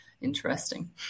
interesting